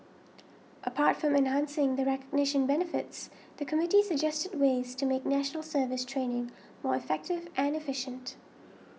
apart from enhancing the recognition benefits the committee suggested ways to make National Service training more effective and efficient